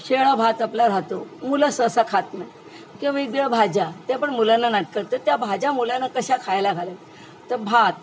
शिळा भात आपल्या राहतो मुलं सहसा खात ना किंवा वेगळ्या भाज्या त्या पण मुलांना नाट करतं त्या भाज्या मुलांना कशा खायला घाले तर भात